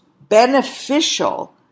beneficial